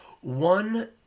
One